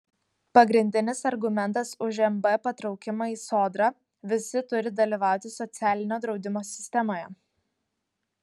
pagrindinis argumentas už mb patraukimą į sodrą visi turi dalyvauti socialinio draudimo sistemoje